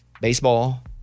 baseball